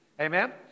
Amen